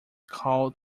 called